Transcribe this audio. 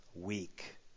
weak